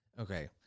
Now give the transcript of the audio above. Okay